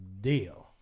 deal